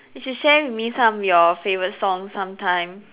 you should share with me some of your favourite song some time